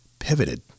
pivoted